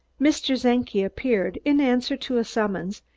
mr. czenki appeared, in answer to a summons,